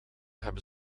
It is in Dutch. hebben